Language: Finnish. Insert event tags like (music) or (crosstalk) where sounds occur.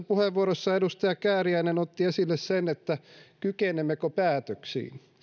(unintelligible) puheenvuorossaan edustaja kääriäinen otti esille sen kykenemmekö päätöksiin